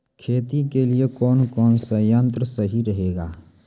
खेती के लिए कौन कौन संयंत्र सही रहेगा?